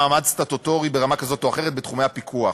מעמד סטטוטורי ברמה כזאת או אחרת בתחומי הפיקוח.